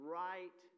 right